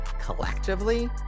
collectively